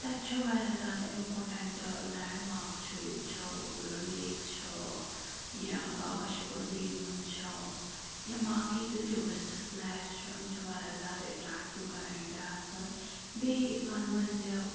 تَتہِ چھُ واریاہ زیادٕ اِمپاٹٮ۪نٛٹ لینٛڈ مارٕک چھُ ییٚتہِ چھُ وُلر لیک چھُ یا بابا شُکُر دیٖنُن چھُ یا باقٕے تہِ ٹیوٗرِسٹٕس پٕلیس چھُ یِم چھِ واریاہ زیادٕ اٮ۪ٹریکٹِو کَران اِنڈیاہَس منٛز بیٚیہِ وَنہٕ بہٕ زِ